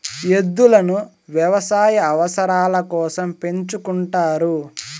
ఎద్దులను వ్యవసాయ అవసరాల కోసం పెంచుకుంటారు